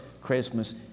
Christmas